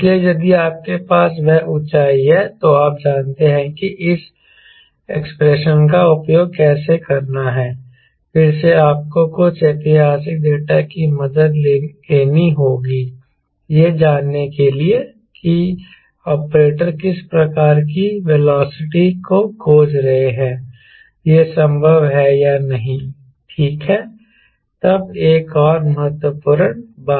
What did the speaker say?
इसलिए यदि आपके पास वह ऊँचाई है तो आप जानते हैं कि इस एक्सप्रेशन का उपयोग कैसे करना है फिर से आपको कुछ ऐतिहासिक डेटा की मदद लेनी होगी यह जानने के लिए कि ऑपरेटर किस प्रकार की वेलोसिटी को खोज रहे हैं यह संभव है या नहीं ठीक है तब एक और महत्वपूर्ण बात आती है